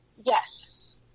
Yes